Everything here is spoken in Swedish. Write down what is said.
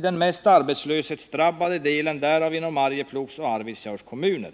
De finns i den mest arbetslöshetsdrabbade delen, dvs. inom Arjeplogs och Arvidsjaurs kommuner.